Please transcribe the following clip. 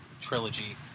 trilogy